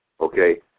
okay